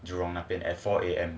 jurong 那边 at four A_M